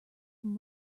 from